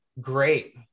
Great